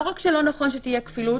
לא רק שלא נכון שתהיה כפילות,